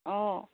অঁ